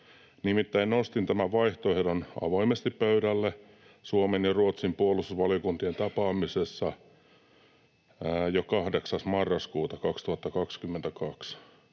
Nimittäin nostin tämän vaihtoehdon avoimesti pöydälle Suomen ja Ruotsin puolustusvaliokuntien tapaamisessa jo 8. marraskuuta 2022.